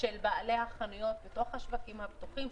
של בעלי החנויות בתוך השווקים הפתוחים,